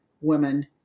Women